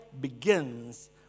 begins